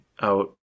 out